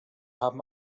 haben